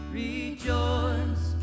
rejoice